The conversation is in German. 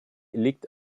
liegt